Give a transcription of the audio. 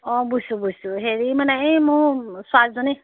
অঁ বুজিছোঁ বুজিছোঁ হেৰি মানে এই মোৰ ছোৱালীজনী